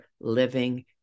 living